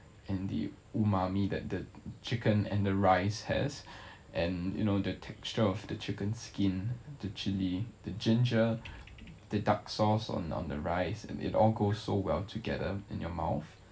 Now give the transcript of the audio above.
and the umami that the chicken and the rice has and you know the texture of the chicken skin the chilli the ginger the dark sauce on the rice and it all goes so well together in your mouth